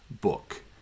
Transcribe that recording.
book